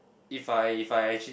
if I if I actually